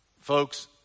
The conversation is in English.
Folks